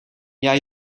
jij